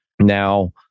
Now